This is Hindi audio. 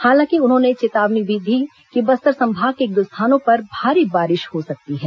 हालांकि उन्होंने चेतावनी भी दी कि बस्तर संभाग के एक दो स्थानों पर भारी बारिश हो सकती है